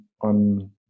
on